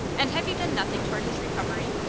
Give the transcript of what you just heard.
and have you done nothing toward his recovery?